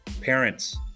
parents